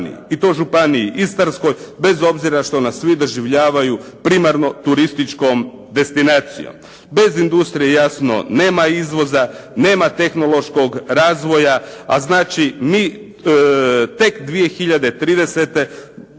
i to Županiji istarskoj bez obzira što nas svi doživljavaju primarno turističkom destinacijom. Bez industrije jasno nema izvoza, nema tehnološkog razvoja a znači mi tek 2030.